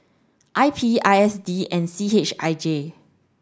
I P I S D and C H I J